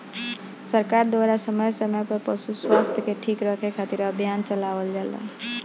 सरकार द्वारा समय समय पर पशु स्वास्थ्य के ठीक रखे खातिर अभियान चलावल जाला